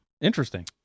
Interesting